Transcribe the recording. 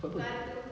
takut apa